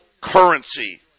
currency